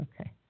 Okay